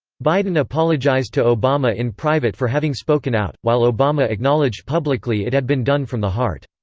biden apologized to obama in private for having spoken out, while obama acknowledged publicly it had been done from the heart.